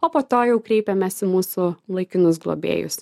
o po to jau kreipiamės į mūsų laikinus globėjus